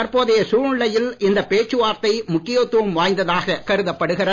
தற்போதைய சூழ்நிலையில் இந்த பேச்சுவார்த்தை முக்கியத்துவம் வாய்ந்ததாகக் கருதப்படுகிறது